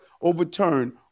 overturned